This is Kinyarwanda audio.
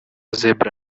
zebra